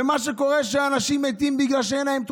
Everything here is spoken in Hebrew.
ומה שקורה זה שאנשים מתים בגלל שאין להם תרופה,